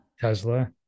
Tesla